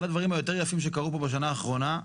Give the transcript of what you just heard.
אחד הדברים היותר יפים שקרו פה בשנה האחרונה,